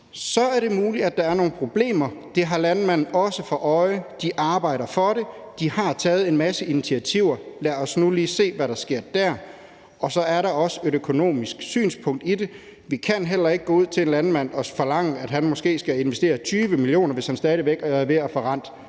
Så er det muligt, at der er nogle problemer. Det har landmændene også for øje. De arbejder for det, og de har taget en masse initiativer. Lad os nu lige se, hvad der sker der. Så er der også et økonomisk synspunkt i det, der handler om, at vi heller ikke kan gå ud til en landmand og forlange, at han måske skal investere 20 mio. kr., hvis han stadig væk er ved at forrente